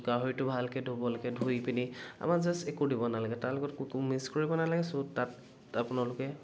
গাহৰিটো ভালকে ধুব লাগে ধুই পিনি আমাৰ জাষ্ট একো দিব নালাগে তাৰ লগত মিক্স কৰিব নালাগে চ' তাত আপোনালোকে